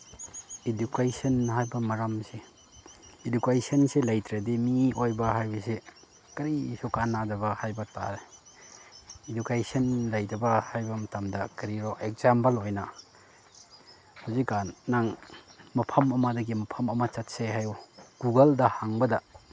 education ꯍꯥꯏꯕ ꯃꯔꯝꯁꯦ ꯏꯗꯨꯀꯦꯁꯟꯁꯦ ꯂꯩꯇ꯭ꯔꯗꯤ ꯃꯤ ꯑꯣꯏꯕ ꯍꯥꯏꯕꯁꯦ ꯀꯔꯤꯁꯨ ꯀꯥꯅꯗꯕ ꯍꯥꯏꯕ ꯇꯥꯔꯦ ꯏꯗꯨꯀꯦꯁꯟ ꯂꯩꯇꯕ ꯍꯥꯏꯕ ꯃꯇꯝꯗ ꯀꯔꯤꯔꯣ ꯑꯦꯛꯖꯥꯝꯄꯜ ꯑꯣꯏꯅ ꯍꯧꯖꯤꯛꯀꯥꯟ ꯅꯪ ꯃꯐꯝ ꯑꯃꯗꯒꯤ ꯃꯐꯝ ꯑꯃ ꯆꯠꯁꯦ ꯍꯥꯏꯌꯨ ꯒꯨꯒꯜꯗ ꯍꯪꯕꯗ